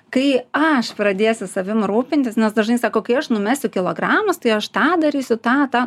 kai aš pradėsiu savim rūpintis nes dažnai sako kai aš numesiu kilogramus tai aš tą darysiu tą tą